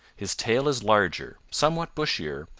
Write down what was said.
his tail is larger, somewhat bushier,